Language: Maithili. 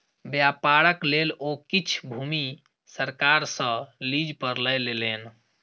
व्यापारक लेल ओ किछ भूमि सरकार सॅ लीज पर लय लेलैन